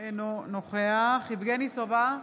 אינו נוכח יבגני סובה,